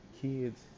kids